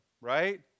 right